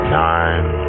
nine